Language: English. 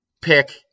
pick